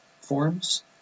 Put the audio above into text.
forms